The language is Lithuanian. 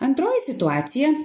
antroji situacija